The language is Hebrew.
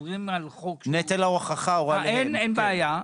אין בעיה,